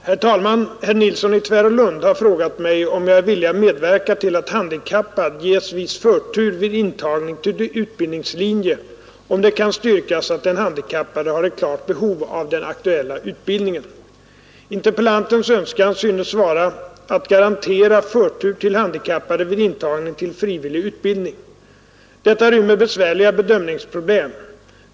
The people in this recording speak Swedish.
Herr talman! Herr Nilsson i Tvärålund har frågat mig om jag är villig medverka till att handikappad ges viss förtur vid intagning till utbildningslinje om det kan styrkas att den handikappade har ett klart behov av den aktuella utbildningen. Interpellantens önskan synes vara att garantera förtur till handikappade vid intagning till frivillig utbildning. Detta rymmer besvärliga bedömningsproblem.